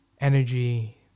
energy